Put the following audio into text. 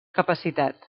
capacitat